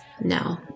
No